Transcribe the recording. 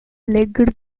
legged